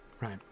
right